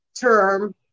term